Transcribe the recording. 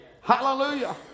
Hallelujah